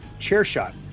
CHAIRSHOT